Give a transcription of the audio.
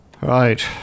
Right